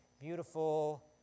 beautiful